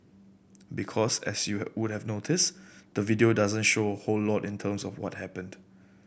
because as you would have noticed the video doesn't show whole lot in terms of what happened